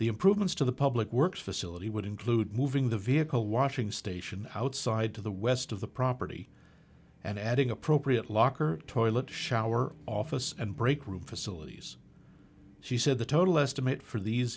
the improvements to the public works facility would include moving the vehicle washing station outside to the west of the property and adding appropriate locker toilet shower office and break room facilities she said the total estimate for these